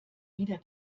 wieder